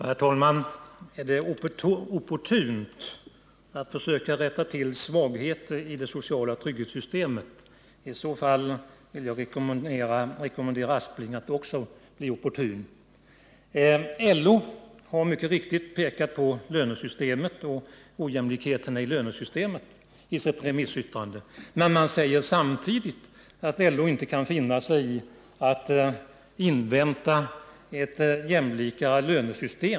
Herr talman! Är det opportunt att försöka rätta till svagheter i det sociala trygghetssystemet vill jag rekommendera herr Aspling att också bli opportun. LO har mycket riktigt pekat på ojämlikheterna i lönesystemet i sitt remissyttrande, men man säger samtidigt att LO inte kan finna sig i att invänta ett mer jämlikt lönesystem.